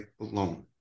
alone